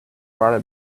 brought